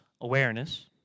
awareness